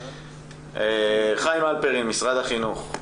חיים הלפרין, משרד החינוך.